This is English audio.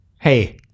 Hey